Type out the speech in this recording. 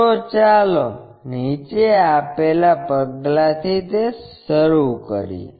તો ચાલો નીચે આપેલા પગલાથી તે શરૂ કરીએ